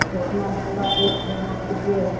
तो जितना लम्बा डेट मिनिमम कीजिएगा